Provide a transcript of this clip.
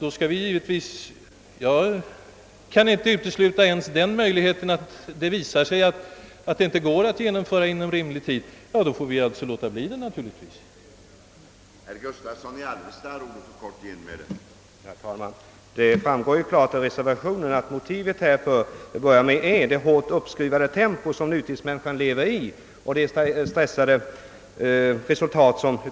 Jag kan inte ens utesluta möjligheten att det visar sig att förslaget inte går att genomföra inom rimlig tid, och då får vi naturligtvis låta bli att göra detta förrän de nödvändiga förutsättningarna är för handen.